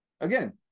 again